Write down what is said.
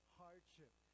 hardship